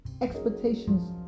expectations